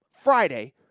Friday